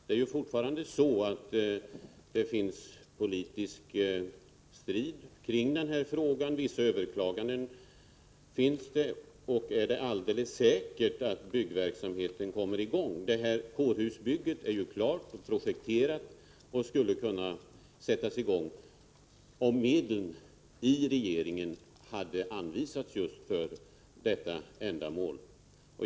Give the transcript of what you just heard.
Det är fortfarande politisk strid kring den här frågan. Vissa överklaganden är gjorda. Är det alldeles säkert att byggverksamheten kommer i gång? Kårhusbygget är ju färdigprojekterat och skulle kunna sättas i gång, om medel hade anvisats av regeringen just för detta ändamål.